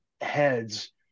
heads